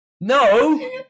No